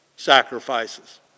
sacrifices